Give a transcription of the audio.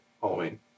Halloween